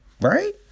right